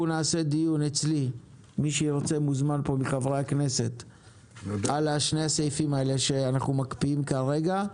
אנחנו נקיים אצלי דיון על שני הסעיפים האלה שאנחנו מקפיאים כרגע.